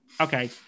Okay